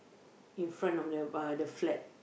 in front of the uh the flat